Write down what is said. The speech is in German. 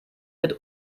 mit